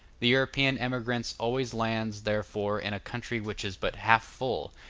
the european emigrant always lands, therefore, in a country which is but half full,